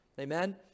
Amen